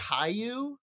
caillou